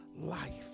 life